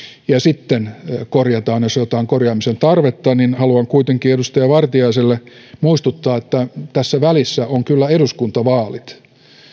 ja sitten korjataan jos jotain korjaamisen tarvetta on niin haluan kuitenkin edustaja vartiaiselle muistuttaa että tässä välissä on kyllä eduskuntavaalit